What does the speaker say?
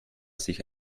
sich